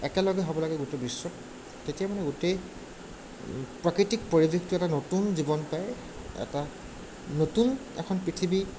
একেলগে হ'ব লাগে গোটেই বিশ্বত তেতিয়া মানে গোটেই প্ৰাকৃতিক পৰিৱেশটোৱে এটা নতুন জীৱন পায় এটা নতুন এখন পৃথিৱীত